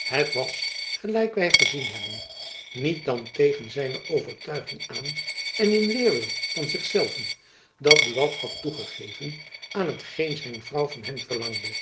het was gelijk wy gezien hebben niet dan tegen zijne overtuiging aan en in weêrwil van zich zelven dat buat had toegegeven aan hetgeen zijn vrouw van hem verlangde